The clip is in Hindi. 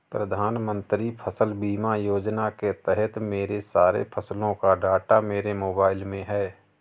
प्रधानमंत्री फसल बीमा योजना के तहत मेरे सारे फसलों का डाटा मेरे मोबाइल में है